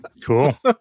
Cool